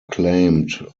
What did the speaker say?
claimed